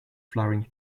flowering